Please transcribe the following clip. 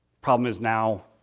problem is now,